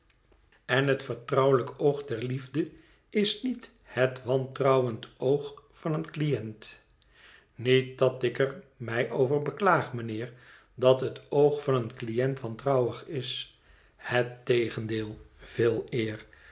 en het vertrouwelijk oog der liefde is niet het wantrouwend oog van een cliënt niet dat ik er mij over beklaag mijnheer dat het oog van een cliënt wantrouwig is het tegendeel veeleer